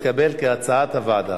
הסעיף התקבל כהצעת הוועדה.